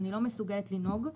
אני לא מסוגלת לנהוג,